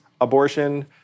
abortion